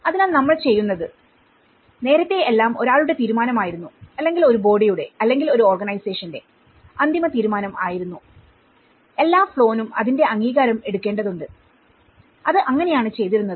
അതിനാൽ നമ്മൾ ചെയ്യുന്നത്നേരത്തെഎല്ലാം ഒരാളുടെ തീരുമാനം ആയിരുന്നു അല്ലെങ്കിൽ ഒരു ബോഡിയുടെ അല്ലെങ്കിൽ ഒരു ഓർഗനൈസേഷന്റെ അന്തിമ തീരുമാനം ആയിരുന്നു എല്ലാ ഫ്ലോ നും അതിന്റെ അംഗീകാരം എടുക്കേണ്ടതുണ്ട് അത് അങ്ങനെയാണ് ചെയ്തിരുന്നത്